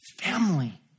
family